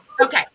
Okay